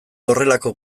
horrelako